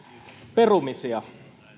perumisia